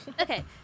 okay